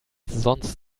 sonst